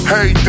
Hey